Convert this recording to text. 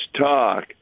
talk